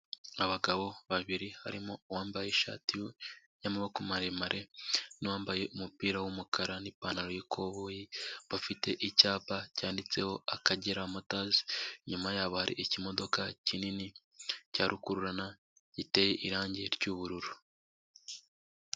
Abagabo babiri harimo uwambaye ishati y'amaboko maremare, n'uwambaye umupira w'umukara n'ipantaro y'ikoboyi bafite icyapa cyanditseho akagera moto inyuma yabo hari ikimodoka kinini cya rukururana giteye irangi ry'ubururu.